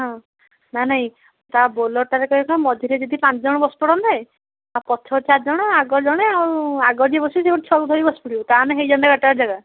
ହଁ ନା ନାଇ ତା ବୋଲେରୋଟାରେ ସେରାକ ମଝିରେ ଯଦି ପାଞ୍ଚଜଣ ବସିପଡ଼ନ୍ତେ ଆ ପଛରେ ଚାରିଜଣ ଆଗରେ ଜଣେ ଆଉ ଆଗରେ ଯିଏ ବସିବ ସିଏ ଗୋଟେ ଛୁଆକୁ ଧରିକି ବସି ପଡ଼ିବ ତାହେଲେ ହେଇଯାଆନ୍ତା ଗାଡ଼ିଟାରେ ଜାଗା